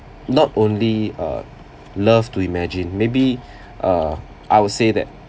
not only uh love to imagine maybe uh I would say that